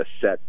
set